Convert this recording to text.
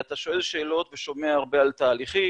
אתה שואל שאלות ושומע הרבה על תהליכים,